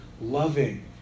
loving